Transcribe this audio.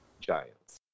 Giants